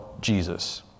Jesus